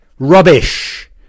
Rubbish